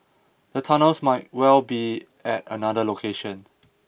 the tunnels might well be at another location